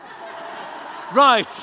Right